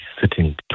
sitting